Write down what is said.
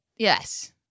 Yes